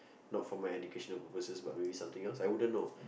not for my educational purposes but maybe something else I wouldn't know